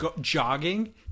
jogging